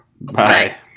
Bye